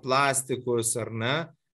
plastikus ar ne